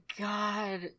god